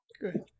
Good